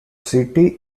city